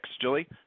Julie